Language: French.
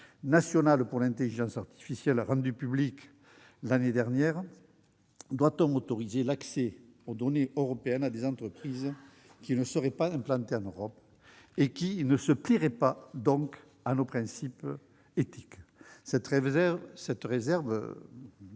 remis au Gouvernement par Cédric Villani et rendu public l'année dernière, doit-on autoriser l'accès aux données européennes à des entreprises qui ne seraient pas implantées en Europe et qui ne se plieraient donc pas à nos principes éthiques ? Cette réserve